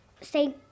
say